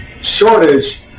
shortage